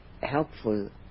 helpful